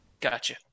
Gotcha